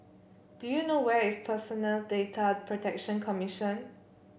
do you know where is Personal Data Protection Commission